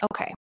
okay